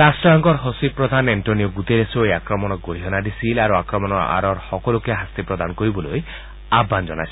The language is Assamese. ৰাট্টসংঘৰ সচিব প্ৰধান এণ্টনিঅ' গুটেৰেছেও এই আক্ৰমণক গৰিহণা দিছিল আৰু আক্ৰমণৰ আঁৰৰ সকলোকে শাস্তি প্ৰদান কৰিবলৈ আহান জনাইছিল